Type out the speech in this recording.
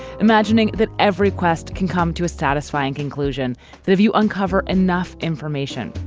imagining that every quest can come to a satisfying conclusion that if you uncover enough information,